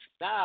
Now